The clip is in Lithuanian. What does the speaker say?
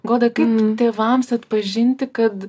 goda kaip tėvams atpažinti kad